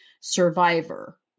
survivor